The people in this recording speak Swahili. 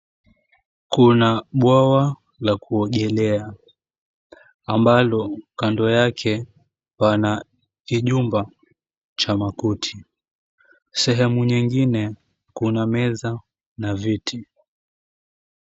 Kuna bwawa la kuogelea ambalo kando yake pana kijumba cha makuti sehemu nyingine kuna meza na viti.